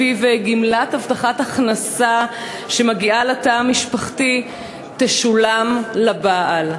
שלפיו גמלת הבטחת הכנסה שמגיעה לתא המשפחתי תשולם לבעל.